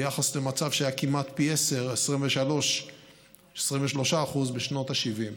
ביחס למצב שהיה כמעט פי עשרה, 23% בשנות ה-70.